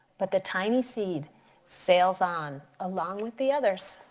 but the tiny seed sails on along with the others.